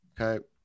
Okay